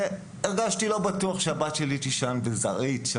והרגשתי לא בטוח שהבת שלי תישן בזרעית.